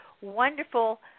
wonderful